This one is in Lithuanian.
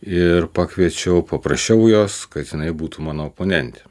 ir pakviečiau paprašiau jos kad jinai būtų mano oponentė